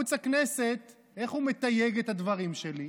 ערוץ הכנסת, איך הוא מתייג את הדברים שלי?